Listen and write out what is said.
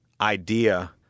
idea